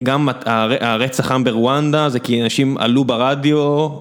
גם הרצח עם ברואנדה זה כי אנשים עלו ברדיו.